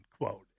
Quote